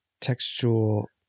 textual